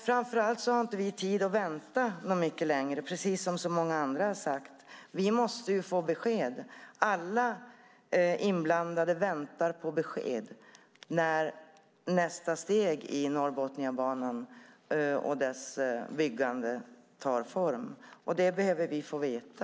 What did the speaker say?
Framför allt har vi inte tid att vänta mycket längre, precis som så många andra har sagt. Vi måste få besked. Alla inblandade väntar på besked om när nästa steg i Norrbotniabanan och dess byggande tar form. Det behöver vi få veta.